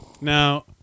Now